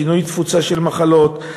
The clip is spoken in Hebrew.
שינוי תפוצה של מחלות,